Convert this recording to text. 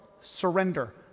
surrender